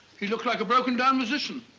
he looked like a broken down musician.